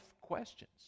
questions